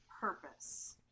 purpose